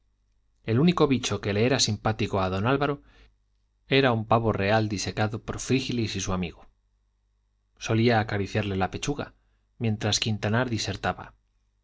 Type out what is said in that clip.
el único bicho que le era simpático a don álvaro era un pavo real disecado por frígilis y su amigo solía acariciarle la pechuga mientras quintanar disertaba